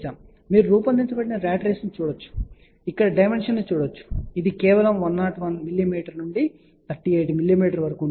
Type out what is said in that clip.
కాబట్టి మీరు రూపొందించబడిన ర్యాట్ రేసును చూడవచ్చు మీరు ఇక్కడ డైమెన్షన్ ను చూడవచ్చు ఇది కేవలం 101 mm నుండి 38 mm వరకు ఉంటుంది